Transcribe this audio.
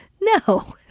No